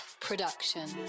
production